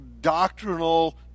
doctrinal